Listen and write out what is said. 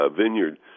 vineyard